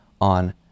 on